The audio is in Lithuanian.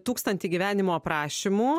tūkstantį gyvenimo aprašymų